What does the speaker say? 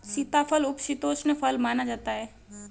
सीताफल उपशीतोष्ण फल माना जाता है